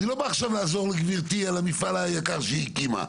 אני לא בא עכשיו לעזור לגבי על המפעל היקר שהיא הקימה.